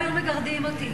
לבית הנשיא.